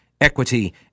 equity